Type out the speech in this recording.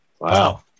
Wow